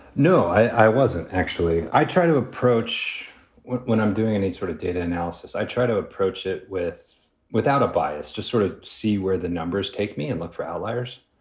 no, i wasn't, actually. i tried to approach when when i'm doing any sort of data analysis, i try to approach it with without a bias, just sort of see where the numbers take me and look for outliers.